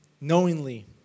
knowingly